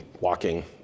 walking